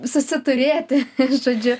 susiturėti žodžiu